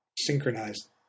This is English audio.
synchronized